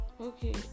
Okay